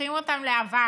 הופכים אותם לאבק.